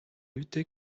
lutter